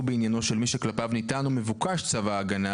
בעניינו של מי שכלפיו ניתן או מבוקש צו ההגנה,